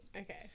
Okay